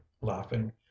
laughing